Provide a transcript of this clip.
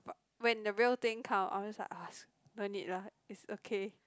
but when the real thing come I'll just like ah no need lah it's okay